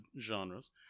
genres